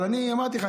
אבל אני אמרתי לך,